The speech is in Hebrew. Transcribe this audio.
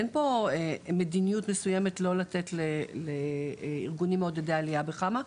אין פה מדיניות מסוימת לא לתת לארגונים מעודדי עלייה בחמ"ע.